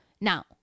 now